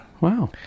Wow